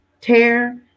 Tear